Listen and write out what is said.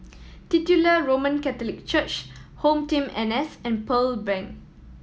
Titular Roman Catholic Church HomeTeam N S and Pearl Bank